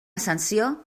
sanció